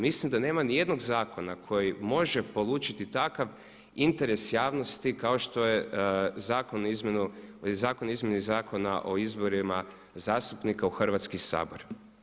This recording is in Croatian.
Mislim da nema ni jednog zakona koji može polučiti takav interes javnosti kao što je Zakon o izmjeni Zakona o izborima zastupnika u Hrvatski sabor.